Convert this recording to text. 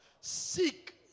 Seek